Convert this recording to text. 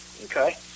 Okay